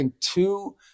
two